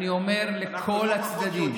אני אומר לכל הצדדים.